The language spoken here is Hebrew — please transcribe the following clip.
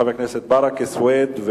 חברי הכנסת ברכה, סוייד,